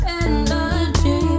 energy